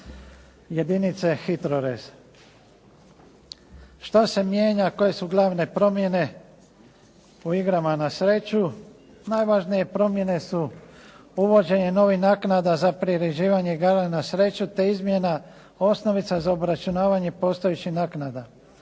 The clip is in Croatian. jedinice HITROREZ. Šta se mijenja, koje su glavne promjene u igrama na sreću? Najvažnije promjene su uvođenje novih naknada za priređivanja igara na sreću, te izmjena osnovica za obračunavanje postojećih naknada.